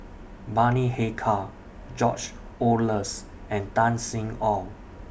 Bani Haykal George Oehlers and Tan Sin Aun